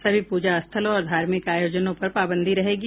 सभी पूजा स्थलों और धार्मिक आयोजनों पर पाबंदी रहेंगी